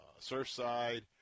Surfside